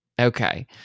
Okay